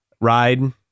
ride